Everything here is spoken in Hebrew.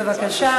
בבקשה.